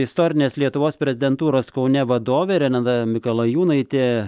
istorinės lietuvos prezidentūros kaune vadovė renata mikalajūnaitė